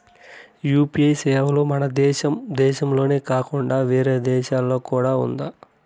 UPI సేవలు మన దేశం దేశంలోనే కాకుండా వేరే దేశాల్లో కూడా ఉందా?